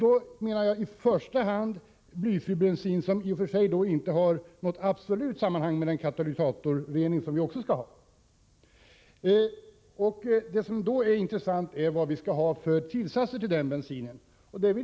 Jag avser då i första hand blyfri bensin utan att se något direkt samband med den katalysatorrening som vi också skall ha. Det intressanta när det gäller blyfri bensin är vilka tillsatser vi skall ha till den.